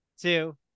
two